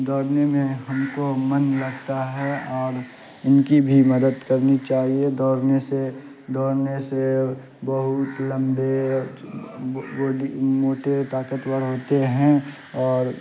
دورنے میں ہم کو من لگتا ہے اور ان کی بھی مدد کرنی چاہیے دوڑنے سے دورنے سے بہت لمبے موٹے طاقتور ہوتے ہیں اور